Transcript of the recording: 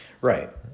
Right